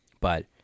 But-